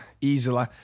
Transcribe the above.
easily